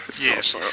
Yes